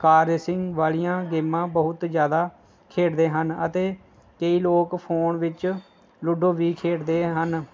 ਕਾਰ racing ਵਾਲੀਆਂ ਗੇਮਾਂ ਬਹੁਤ ਜ਼ਿਆਦਾ ਖੇਡਦੇ ਹਨ ਅਤੇ ਕਈ ਲੋਕ ਫੋਨ ਵਿੱਚ ਲੂਡੋ ਵੀ ਖੇਡਦੇ ਹਨ